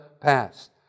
past